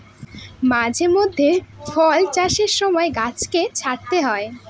মাঝে মধ্যে ফল চাষের সময় গাছকে ছাঁটতে হয়